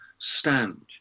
stand